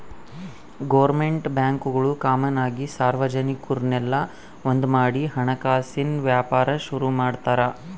government ಬ್ಯಾಂಕ್ಗುಳು common ಆಗಿ ಸಾರ್ವಜನಿಕುರ್ನೆಲ್ಲ ಒಂದ್ಮಾಡಿ ಹಣಕಾಸಿನ್ ವ್ಯಾಪಾರ ಶುರು ಮಾಡ್ತಾರ